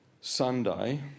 Sunday